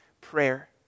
prayer